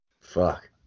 fuck